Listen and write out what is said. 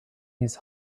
his